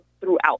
throughout